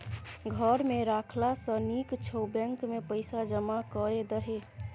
घर मे राखला सँ नीक छौ बैंकेमे पैसा जमा कए दही